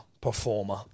Performer